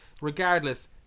Regardless